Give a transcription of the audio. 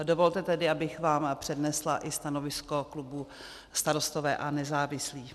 Dovolte tedy, abych vám přednesla i stanovisko klubu Starostové a nezávislí.